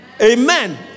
Amen